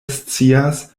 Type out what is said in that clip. scias